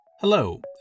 Hello